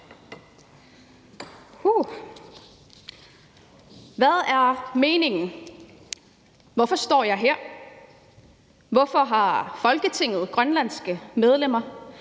Hvad er meningen? Hvorfor står jeg her? Hvorfor har Folketinget grønlandske medlemmer?